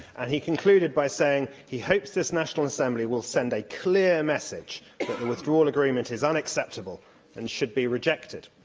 he concluded by saying he hopes this national assembly will send a clear message that the withdrawal agreement is unacceptable and should be rejected.